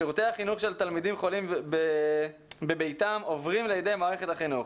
שירותי החינוך של תלמידים חולים בביתם עוברים לידי מערכת החינוך.